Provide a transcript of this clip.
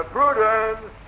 Prudence